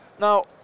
Now